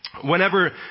Whenever